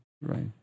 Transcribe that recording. Right